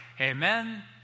amen